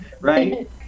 right